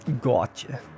Gotcha